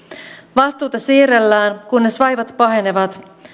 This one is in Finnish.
vastuuta siirrellään kunnes vaivat pahenevat